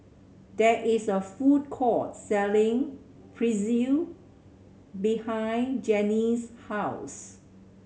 there is a food court selling Pretzel behind Jenni's house